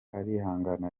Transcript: arihangana